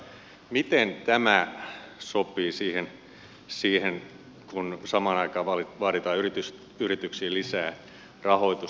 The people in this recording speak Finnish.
miten tämä sopii siihen että samaan aikaan vaaditaan yrityksiin lisää rahoitusta